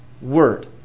word